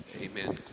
Amen